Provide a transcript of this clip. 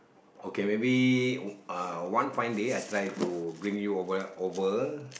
okay maybe uh one fine day I try to bring you over over